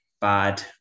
bad